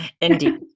Indeed